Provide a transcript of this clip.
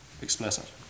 explicit